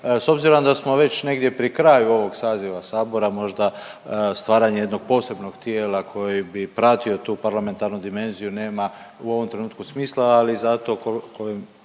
S obzirom da smo već negdje pri kraju ovog saziva Sabora možda stvaranje jednog posebnog tijela koji bi pratio tu parlamentarnu dimenziju nema u ovom trenutku smisla. Ali zato